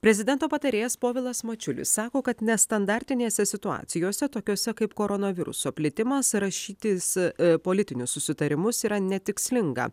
prezidento patarėjas povilas mačiulis sako kad nestandartinėse situacijose tokiose kaip koronaviruso plitimas rašytis politinius susitarimus yra netikslinga